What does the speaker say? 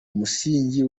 musingi